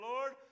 Lord